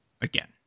again